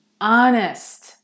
honest